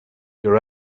your